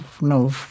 no